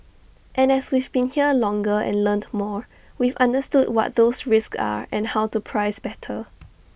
and as we've been here longer and learnt more we've understood what those risks are and how to price better